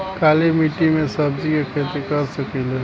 काली मिट्टी में सब्जी के खेती कर सकिले?